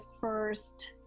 first